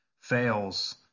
fails